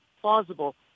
plausible